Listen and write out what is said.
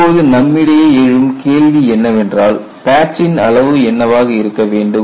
இப்போது நம்மிடையே எழும் கேள்வி என்னவென்றால் பேட்ச் சின் அளவு என்னவாக இருக்க வேண்டும்